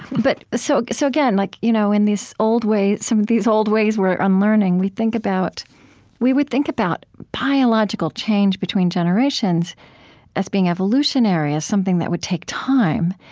but so so again, like you know in these old ways, some of these old ways we're unlearning, we think about we would think about biological change between generations as being evolutionary, as something that would take time.